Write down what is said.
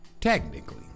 technically